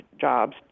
jobs